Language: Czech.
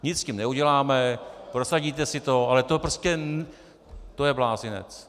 Nic s tím neuděláme, prosadíte si to, ale to prostě to je blázinec.